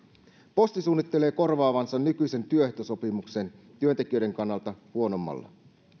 posti suunnittelee korvaavansa nykyisen työehtosopimuksen työntekijöiden kannalta huonommalla